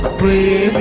the